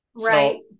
right